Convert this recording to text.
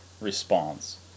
response